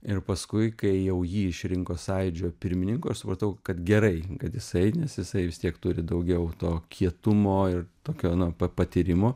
ir paskui kai jau jį išrinko sąjūdžio pirmininku aš supratau kad gerai kad jisai nes jisai vis tiek turi daugiau to kietumo ir tokio nu pa patyrimo